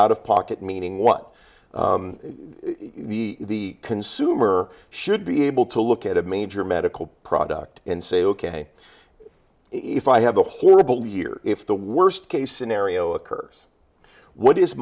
out of pocket meaning what the consumer should be able to look at a major medical product and say ok if i have a horrible year if the worst case scenario occurs what is